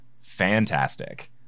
fantastic